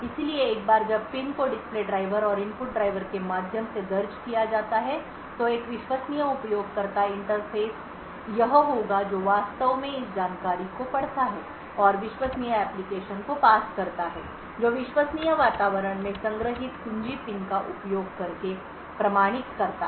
इसलिए एक बार जब पिन को डिस्प्ले ड्राइवर और इनपुट ड्राइवर के माध्यम से दर्ज किया जाता है तो एक विश्वसनीय उपयोगकर्ता इंटरफ़ेस यह होगा जो वास्तव में इस जानकारी को पढ़ता है और विश्वसनीय एप्लिकेशन को पास करता है जो विश्वसनीय वातावरण में संग्रहीत कुंजी पिन का उपयोग करके प्रमाणीकरणप्रमाणित करता है